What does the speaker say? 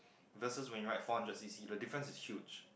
versus when you ride four hundred C_C the difference is huge